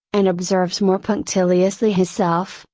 and observes more punctiliously his self,